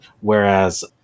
whereas